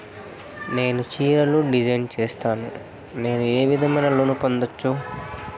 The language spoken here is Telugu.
నేను చీరలు డిజైన్ సేస్తాను, నేను ఏ విధమైన లోను పొందొచ్చు